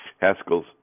Haskell's